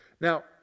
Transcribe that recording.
Now